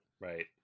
right